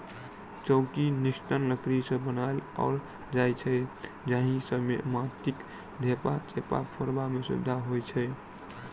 चौकी निस्सन लकड़ी सॅ बनाओल जाइत छै जाहि सॅ माटिक ढेपा चेपा फोड़य मे सुविधा होइत छै